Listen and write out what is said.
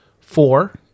Four